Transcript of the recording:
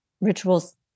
rituals